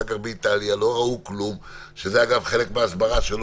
לצורך ההסברתי.